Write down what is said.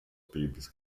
babys